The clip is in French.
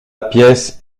pièce